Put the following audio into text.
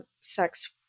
sex